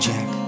Jack